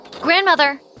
Grandmother